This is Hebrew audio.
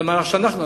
אלא מה שאנו עשינו,